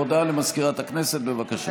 הודעה למזכירת הכנסת, בבקשה.